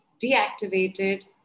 deactivated